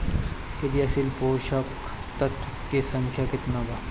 क्रियाशील पोषक तत्व के संख्या कितना बा?